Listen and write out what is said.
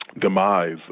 demise